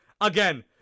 Again